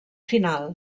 final